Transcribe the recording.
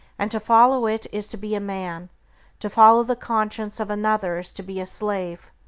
and to follow it is to be a man to follow the conscience of another is to be a slave.